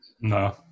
No